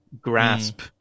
grasp